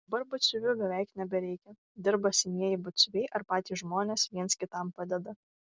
dabar batsiuvių beveik nebereikia dirba senieji batsiuviai ar patys žmonės viens kitam padeda